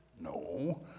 No